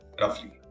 roughly